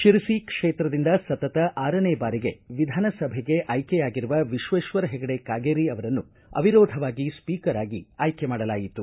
ಶಿರಸಿ ಕ್ಷೇತ್ರದಿಂದ ಸತತ ಆರನೇ ಬಾರಿಗೆ ವಿಧಾನಸಭೆಗೆ ಆಯ್ಕೆಯಾಗಿರುವ ವಿಶ್ವೇಶ್ವರ ಹೆಗಡೆ ಕಾಗೇರಿ ಅವರನ್ನು ಅವಿರೋಧವಾಗಿ ಸ್ವೀಕರ್ ಆಗಿ ಆಯ್ಕೆ ಮಾಡಲಾಯಿತು